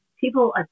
People